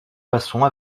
passons